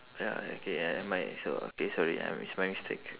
ya okay uh never mind so okay sorry uh it's my mistake